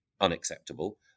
unacceptable